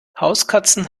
hauskatzen